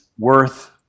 Worth